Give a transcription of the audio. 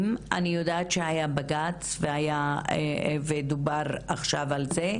- אני יודעת שהיה בג"צ ודובר עכשיו על זה,